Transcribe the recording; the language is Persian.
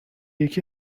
یکی